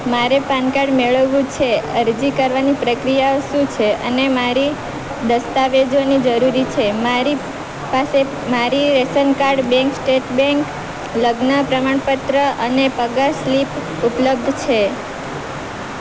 મારે PAN card મેળવવું છે અરજી કરવાની પ્રક્રિયાઓ શું છે અને મારે દસ્તાવેજોની જરૂરી છે મારી પાસે મારી રેશન કાર્ડ બેંક સ્ટેટમેન્ટ લગ્ન પ્રમાણપત્ર અને પગાર સ્લિપ ઉપલબ્ધ છે